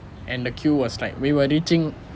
and the queue was like we were reaching